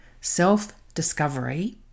Self-discovery